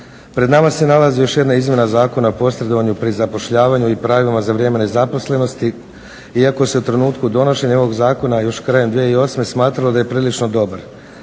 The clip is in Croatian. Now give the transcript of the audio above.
Pred nama se nalazi još jedna izmjena Zakona o posredovanju pri zapošljavanju i pravima za vrijeme nezaposlenosti iako se u trenutku donošenja ovog zakona još krajem 2008. smatralo da je prilično dobar